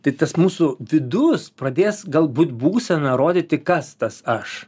tai tas mūsų vidus pradės galbūt būsena rodyti kas tas aš